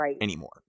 anymore